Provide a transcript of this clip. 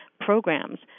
programs